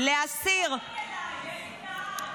להסיר --- שכחת איך דיברת אליי ואיך התנהגת.